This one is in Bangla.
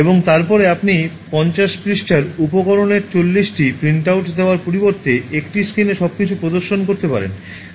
এবং তারপরে আপনি 50 পৃষ্ঠার উপকরণের 40 টি প্রিন্টআউট দেওয়ার পরিবর্তে একটি স্ক্রিনে সবকিছু প্রদর্শন করতে পারেন